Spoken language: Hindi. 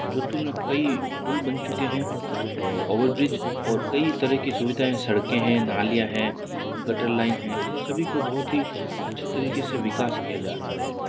जोधपुर में कई पुल बन चुके हैं ओवरब्रिज और कई तरह की सुविधा सड़के हैं नालियां हैं गटर लाइन हैं इन सभी को बहुत ही अच्छे तरीके से विकास किया जा रहा है